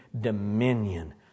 dominion